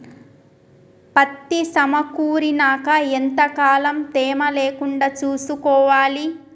పత్తి సమకూరినాక ఎంత కాలం తేమ లేకుండా చూసుకోవాలి?